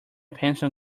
pencil